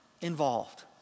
involved